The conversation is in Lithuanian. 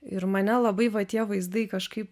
ir mane labai va tie vaizdai kažkaip